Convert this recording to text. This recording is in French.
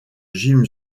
jim